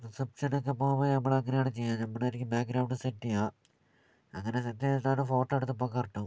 റിസെപ്ഷനൊക്കെ പോകുമ്പോൾ നമ്മൾ അങ്ങനെയാണ് ചെയ്യാറ് നമ്മളായിരിക്കും ബാക്ഗ്രൗണ്ട് സെറ്റ് ചെയ്യുക അങ്ങനെ സെറ്റ് ചെയ്തിട്ട് ഫോട്ടോ എടുക്കുമ്പോൾ കറക്റ്റ് ആകും